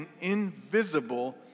invisible